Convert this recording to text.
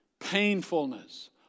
Painfulness